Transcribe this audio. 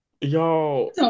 Yo